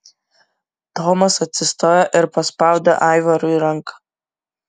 tomas atsistojo ir paspaudė aivarui ranką